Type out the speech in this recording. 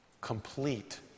complete